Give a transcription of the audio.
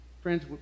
Friends